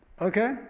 Okay